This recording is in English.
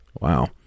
Wow